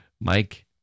Mike